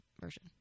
version